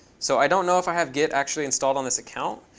so i don't know if i have git actually installed on this account.